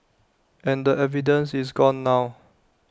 and the evidence is gone now